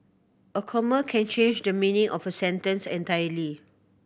a comma can change the meaning of a sentence entirely